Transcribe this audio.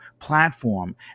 platform